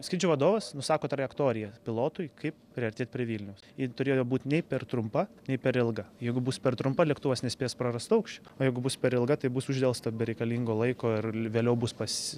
skrydžių vadovas nusako trajektoriją pilotui kaip priartėt prie vilniaus ji turėjo būt nei per trumpa nei per ilga jeigu bus per trumpa lėktuvas nespės prarast aukščio o jeigu bus per ilga tai bus uždelsta bereikalingo laiko ir vėliau bus pas